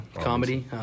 comedy